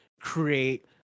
create